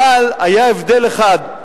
אבל היה הבדל אחד,